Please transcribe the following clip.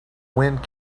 wind